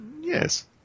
Yes